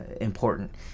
important